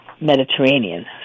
mediterranean